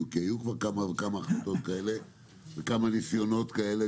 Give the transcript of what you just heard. כי היו כבר כמה וכמה החלטות כאלה וכמה ניסיונות כאלה,